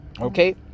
Okay